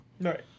Right